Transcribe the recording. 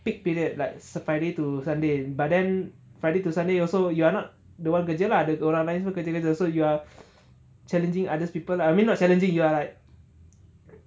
peak period like friday to sunday but then friday to sunday also you are not the one kerja lah the orang lain semua kerja kerja so you are challenging others people I mean not challenging you are like